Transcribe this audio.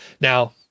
Now